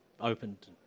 opened